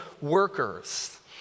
workers